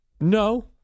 No